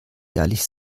ehrlich